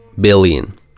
billion